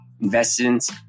investments